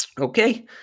Okay